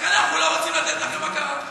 רק אנחנו לא רוצים לתת לכם הכרה.